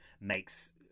makes